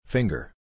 Finger